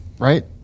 Right